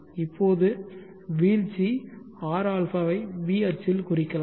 இப்போது வீழ்ச்சி rα ஐ b அச்சில் குறிக்கலாம்